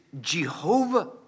Jehovah